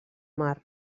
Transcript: mar